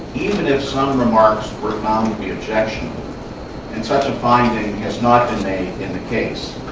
even if some remarks were found to be objectionable and such a finding has not been made in the case